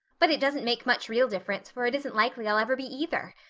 but it doesn't make much real difference for it isn't likely i'll ever be either.